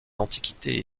antiquités